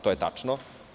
To je tačno.